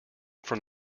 from